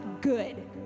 good